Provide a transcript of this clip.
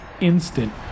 instant